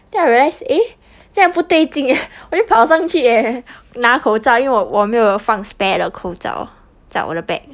then I realise eh 这样不对劲 eh 我就跑上去 eh 拿口罩因为我我没有放 spare 的口罩在我的 bag